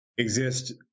exist